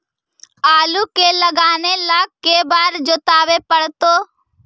आलू के लगाने ल के बारे जोताबे पड़तै?